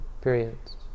periods